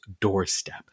doorstep